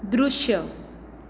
दृश्य